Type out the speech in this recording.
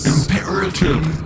Imperative